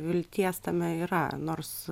vilties tame yra nors